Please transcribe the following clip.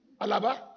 Alaba